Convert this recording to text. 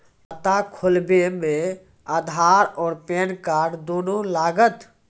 खाता खोलबे मे आधार और पेन कार्ड दोनों लागत?